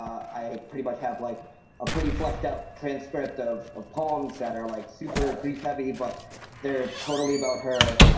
i pretty much have like a pretty fleshed out transcript of of poems that are like super grief heavy but they're totally about her.